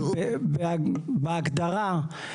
בהגדרה,